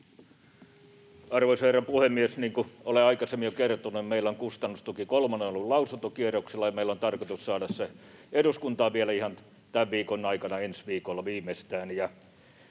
Arvoisa herra puhemies! Niin kuin olen aikaisemmin jo kertonut, meillä on kustannustuki kolmonen ollut lausuntokierroksella, ja meillä on tarkoitus saada se eduskuntaan vielä ihan tämän viikon aikana, ensi viikolla viimeistään.